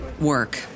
work